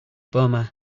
bummer